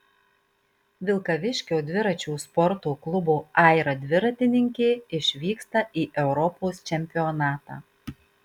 vilkaviškio dviračių sporto klubo aira dviratininkė išvyksta į europos čempionatą